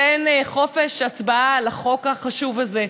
תן חופש הצבעה על החוק החשוב הזה.